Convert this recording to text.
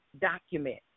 document